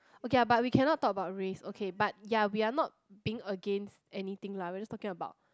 okay lah but we cannot talk about race okay but ya we are not being against anything lah we are just talking about